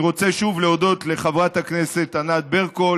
אני רוצה שוב להודות לחברת הכנסת ענת ברקו,